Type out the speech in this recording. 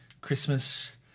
Christmas